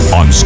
on